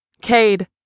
Cade